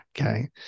Okay